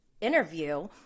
interview